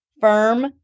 firm